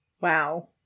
Wow